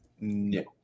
No